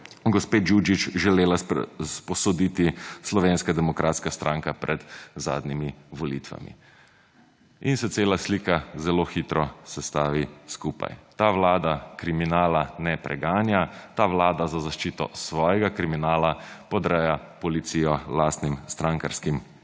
gospe Đuđić želela izposoditi Slovenska demokratska stranka pred zadnjimi volitvami. In se cela slika zelo hitro sestavi skupaj. Ta vlada kriminala ne preganja, ta vlada za zaščito svojega kriminala podreja policijo lastnim strankarskim